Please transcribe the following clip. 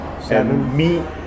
Seven